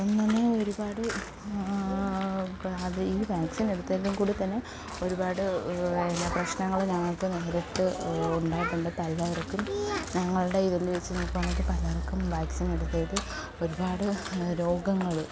അപ്പം തന്നെ ഒരുപാട് അത് ഈ വാക്സിൻ എടുത്തതിൻ്റേയും കൂടെത്തന്നെ ഒരുപാട് പിന്നെ പ്രശ്നങ്ങൾ ഞങ്ങൾക്ക് നേരിട്ട് ഉണ്ടായിട്ടുണ്ട് പലവർക്കും ഞങ്ങളുടെ ഈ ഗതി വച്ച് നോക്കുകയാണെങ്കിൽ പലവർക്കും വാക്സിൻ എടുത്തതിൽ ഒരുപാട് രോഗങ്ങൽ